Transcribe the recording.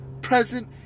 present